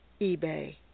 eBay